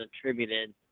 attributed